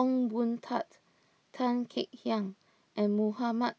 Ong Boon Tat Tan Kek Hiang and Muhammad